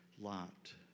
Lot